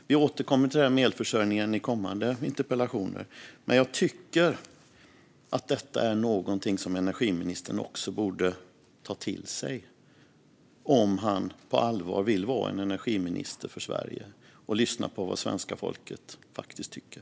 Vi återkommer till elförsörjningen i kommande interpellationer. Jag tycker att energiministern borde ta till sig detta om han på allvar vill vara en energiminister för Sverige och lyssna på vad svenska folket faktiskt tycker.